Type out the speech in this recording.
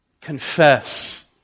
Confess